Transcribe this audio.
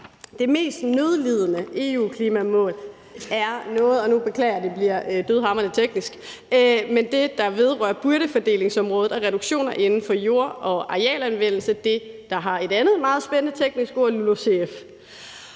Det mest nødlidende EU-klimamål er noget – og nu beklager jeg, at det bliver lidt teknisk – der vedrører byrdefordelingsområdet og reduktioner inden for jord- og arealanvendelse, altså det, der har et andet meget spændende teknisk ord, nemlig